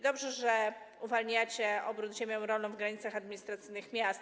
Dobrze, że uwalniacie obrót ziemią rolną w granicach administracyjnych miast.